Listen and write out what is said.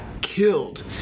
killed